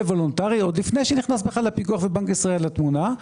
וולונטרי עוד לפני שנכנס הפיקוח ובנק ישראל לתמונה,